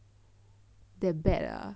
that bad ah